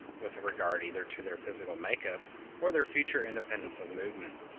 with regard either to their physical make-up or their future independence of movement.